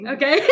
Okay